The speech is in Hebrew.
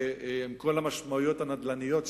עם כל המשמעויות הנדל"ניות,